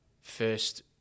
first